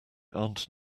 aunt